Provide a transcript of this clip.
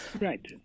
Right